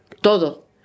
Todo